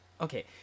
okay